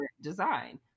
design